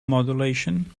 modulation